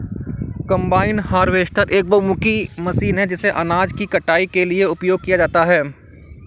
combine harvester एक बहुमुखी machine है जिसे अनाज की कटाई के लिए उपयोग किया जाता है